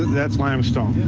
that's limestone.